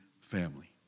family